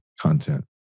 content